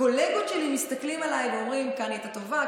הקולגות שלי מסתכלים עליי ואומרים: כאן היא הייתה טובה,